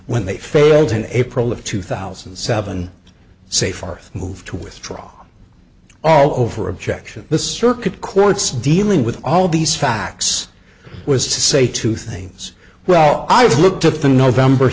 when they failed in april of two thousand and seven seyfarth move to withdraw all over objection the circuit court's dealing with all these facts was to say two things well i've looked at the november